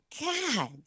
God